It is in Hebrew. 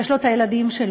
יש לו את הילדים שלו,